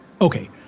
Okay